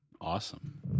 Awesome